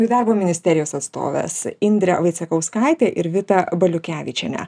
ir darbo ministerijos atstovės indrę vaicekauskaitę ir vitą baliukevičienę